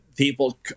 People